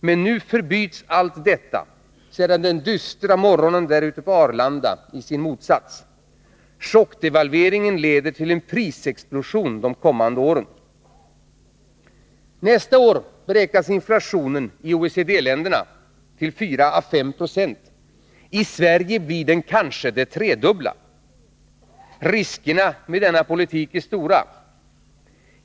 Men nu förbyts allt detta — sedan den dystra morgonen där ute på Arlanda —-i sin motsats. Chockdevalveringen leder till en prisexplosion under de kommande åren. Nästa år beräknas inflationen i OECD-länderna ligga kring 4 å 5 96. I Sverige blir den kanske det tredubbla. Riskerna med denna politik är stora.